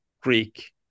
Greek